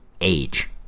age